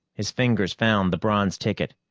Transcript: his fingers found the bronze ticket.